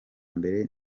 mbere